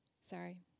Sorry